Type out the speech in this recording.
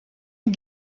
and